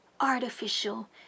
artificial